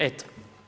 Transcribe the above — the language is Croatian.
Eto.